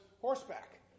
horseback